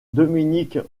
dominic